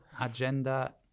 agenda